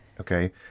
Okay